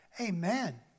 Amen